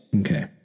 Okay